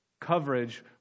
coverage